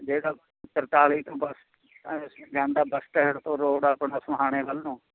ਜਿਹੜਾ ਤਰਤਾਲੀ ਤੋਂ ਬੱਸ ਜਾਂਦਾ ਬੱਸ ਸਟੈਂਡ ਤੋਂ ਰੋਡ ਆਪਣਾ ਸੋਹਾਣੇ ਵੱਲ ਨੂੰ